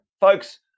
folks